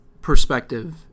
perspective